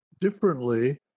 differently